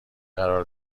قرار